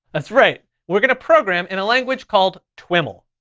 that's right, we're gonna program in a language called twiml.